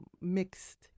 mixed